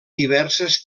diverses